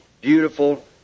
beautiful